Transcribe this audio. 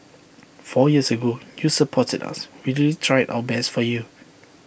four years ago you supported us we really tried our best for you